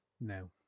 no